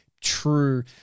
true